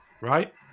right